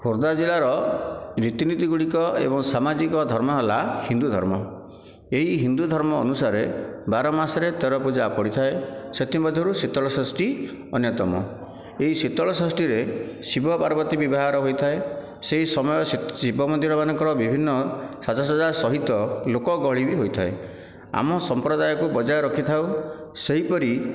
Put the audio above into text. ଖୋର୍ଦ୍ଧା ଜିଲ୍ଲାର ରୀତି ନୀତି ଗୁଡ଼ିକ ଏବଂ ସାମାଜିକ ଧର୍ମ ହେଲା ହିନ୍ଦୁ ଧର୍ମ ଏହି ହିନ୍ଦୁ ଧର୍ମ ଅନୁସାରେ ବାର ମାସରେ ତେର ପୂଜା ପଡ଼ିଥାଏ ସେଥିମଧ୍ୟରୁ ଶୀତଳଷଷ୍ଠୀ ଅନ୍ୟତମ ଏହି ଶୀତଳଷଷ୍ଠୀରେ ଶିବ ପାର୍ବତୀ ବିଭାଘର ହୋଇଥାଏ ସେହି ସମୟ ଶିବ ମନ୍ଦିରମାନଙ୍କର ବିଭିନ୍ନ ସାଜ ସଜ୍ଜା ସହିତ ଲୋକ ଗହଳି ବି ହୋଇଥାଏ ଆମ ସମ୍ପ୍ରଦାୟକୁ ବଜାଏ ରଖିଥାଉ ସେହିପରି